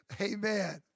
Amen